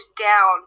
down